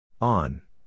On